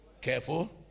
careful